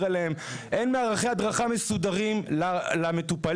עליהם; אין מערכי הדרכה מסודרים למטופלים.